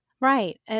Right